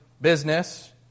business